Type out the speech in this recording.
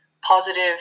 positive